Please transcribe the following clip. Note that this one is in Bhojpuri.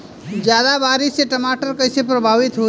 ज्यादा बारिस से टमाटर कइसे प्रभावित होयी?